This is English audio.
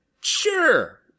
sure